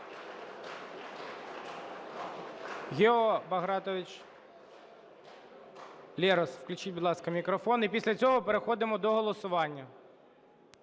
Гео Багратович Лерос, включіть, будь ласка, мікрофон. І після цього переходимо до голосування.